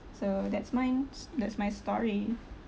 so that's mine s~ that's my story